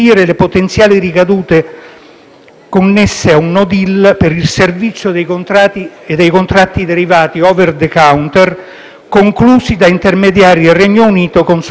connesse a un *no deal* per il servizio dei contratti derivati *over the counter* (OTC) conclusi da intermediari del Regno Unito con soggetti italiani. Tali intermediari,